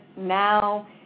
Now